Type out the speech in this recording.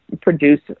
produce